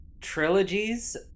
trilogies